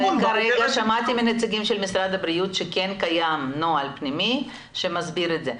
שמעתי מנציגי משרד הבריאות שכן קיים נוהל פנימי שמסדיר את זה.